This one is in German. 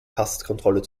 passkontrolle